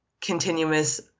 continuous